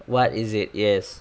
what is it yes